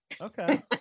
okay